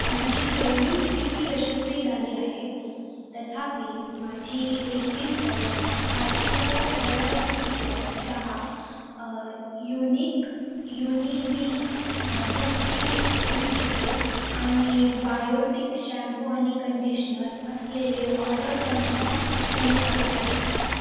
माझी पेमेंट स्थिती यशस्वी झाली आहे तथापि माझी एटीन हर्ड्स भारतीय हळदयुक्त चहा युनिक युनिबिक काजूची बिस्किटे आणि बायोटिक शॅम्पू आणि कंडिशनर असलेले ऑर्डर कन्फम होणे बाकी आहे